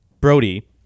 Brody